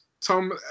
Tom